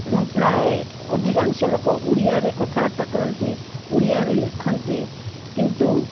ଏବଂ ପ୍ରାୟେ ଅଧିକାଂଶ ଲୋକ ଓଡ଼ିଆରେ କଥାବାର୍ତ୍ତା କରନ୍ତି ଓଡ଼ିଆରେ ଲେଖନ୍ତି କିନ୍ତୁ